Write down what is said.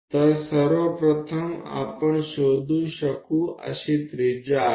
તો સૌપ્રથમ આ ત્રિજ્યા છે કે જેને આપણે સ્થિત કરી શકીએ છીએ